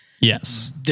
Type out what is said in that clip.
Yes